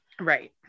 Right